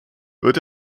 wird